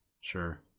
Sure